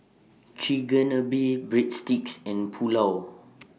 Chigenabe Breadsticks and Pulao